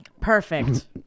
perfect